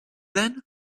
then